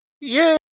Yay